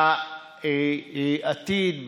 בעתיד.